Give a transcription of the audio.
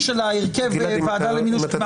בהרכב הוועדה למינוי שופטים.